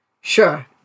sure